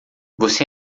você